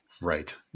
Right